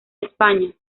españa